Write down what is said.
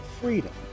freedom